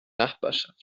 nachbarschaft